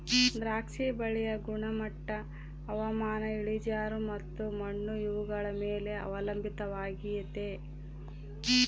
ದ್ರಾಕ್ಷಿ ಬಳ್ಳಿಯ ಗುಣಮಟ್ಟ ಹವಾಮಾನ, ಇಳಿಜಾರು ಮತ್ತು ಮಣ್ಣು ಇವುಗಳ ಮೇಲೆ ಅವಲಂಬಿತವಾಗೆತೆ